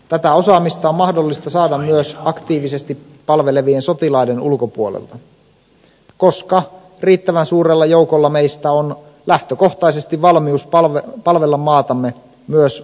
tätä osaamista on mahdollista saada myös aktiivisesti palvelevien sotilaiden ulkopuolelta koska riittävän suurella joukolla meistä on lähtökohtaisesti valmius palvella maatamme myös univormu päällä